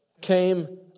came